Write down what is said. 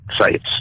sites